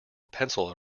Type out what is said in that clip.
pencil